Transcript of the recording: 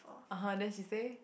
(uh huh) then she say